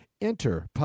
Enter